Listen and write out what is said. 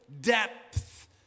depth